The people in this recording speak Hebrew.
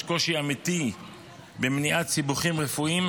יש קושי אמיתי במניעת סיבוכים רפואיים,